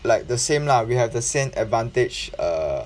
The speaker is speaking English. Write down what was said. like the same lah we have the same advantage err